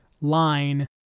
line